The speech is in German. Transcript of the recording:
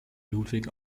ludwig